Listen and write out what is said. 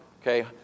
okay